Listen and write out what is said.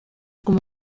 como